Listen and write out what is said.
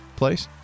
place